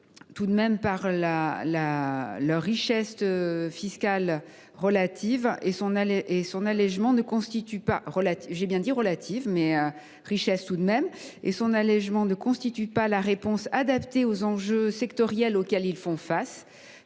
justifiée par leur richesse fiscale relative. Son allégement ne constitue donc pas une réponse adaptée aux enjeux sectoriels auxquels ils font face.